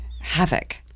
havoc